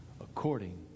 according